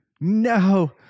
no